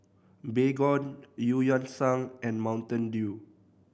Baygon Eu Yan Sang and Mountain Dew